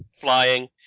flying